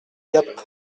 gap